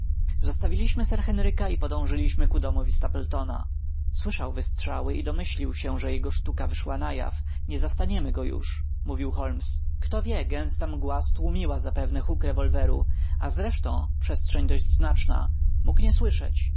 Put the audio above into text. zostawiliśmy sir henryka i podążyliśmy ku domowi stapletona słyszał wystrzały i domyślił się że jego sztuka wyszła na jaw nie zastaniemy go już mówił holmes kto wie gęsta mgła stłumiła zapewne huk rewolweru a zresztą przestrzeń dość znaczna mógł nie słyszeć